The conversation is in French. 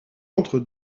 entre